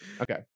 Okay